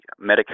Medicare